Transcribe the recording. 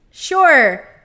sure